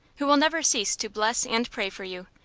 who will never cease to bless and pray for you.